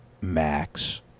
max